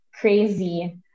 crazy